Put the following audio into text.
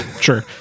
sure